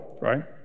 right